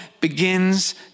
begins